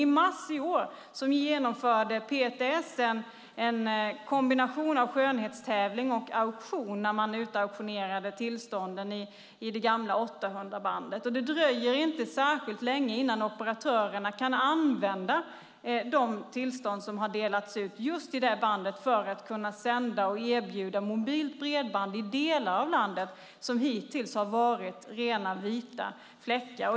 I mars i år genomförde PTS en kombination av skönhetstävling och auktion, när man auktionerade ut tillstånden i det gamla 800-megahertzbandet. Och det dröjer inte särskilt länge innan operatörerna kan använda de tillstånd som har delats ut just i det bandet för att kunna sända och erbjuda mobilt bredband i delar av landet som hittills har varit rena vita fläckar.